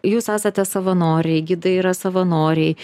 jūs esate savanoriai gidai yra savanoriai